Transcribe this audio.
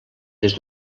des